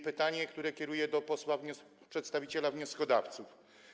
Pytanie, które kieruję do posła przedstawiciela wnioskodawców: